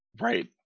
Right